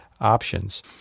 options